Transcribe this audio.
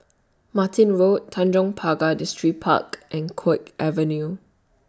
Martin Road Tanjong Pagar Distripark and Guok Avenue